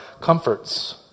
comforts